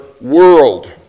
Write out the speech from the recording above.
world